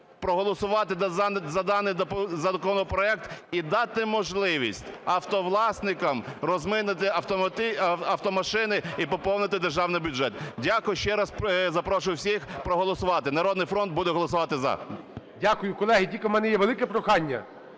проголосувати за даний законопроект і дати можливість автовласникам розмитнити автомашини і поповнити державний бюджет. Дякую. І ще раз запрошую всіх проголосувати. "Народний фронт" буде голосувати "за". ГОЛОВУЮЧИЙ. Дякую. Колеги, тільки в мене є велике прохання,